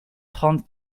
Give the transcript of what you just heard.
trente